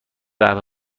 قهوه